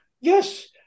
yes